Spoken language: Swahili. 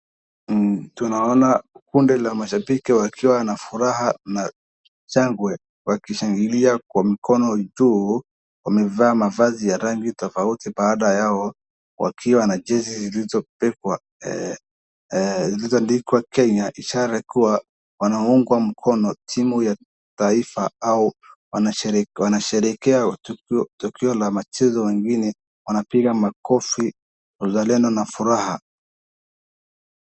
Tunaona kundi la mashabiki wakiwa na furaha na shangwe wakishangilia kwa mkono juu, wamevaa mavazi ya rangi tofauti, baadhi yao wakiwa na jezi zulizoandikwa Kenya, ishara kuwa wanaunga mkono timu ya taifa au wanasherehekea tukio la mchezo wengine wanapiga makofi uzalendo na furaha.